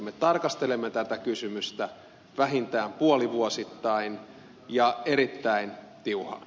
me tarkastelemme tätä kysymystä vähintään puolivuosittain ja erittäin tiuhaan